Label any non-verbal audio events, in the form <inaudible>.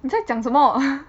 你在讲什么 <noise>